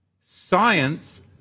Science